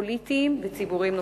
פוליטיים וציבוריים נוספים.